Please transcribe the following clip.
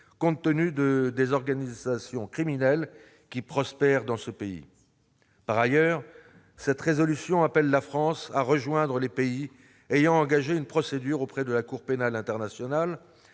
compte tenu des organisations criminelles qui prospèrent dans le pays. En outre, ils invitent la France à rejoindre les pays ayant engagé une procédure auprès de la Cour pénale internationale